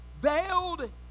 veiled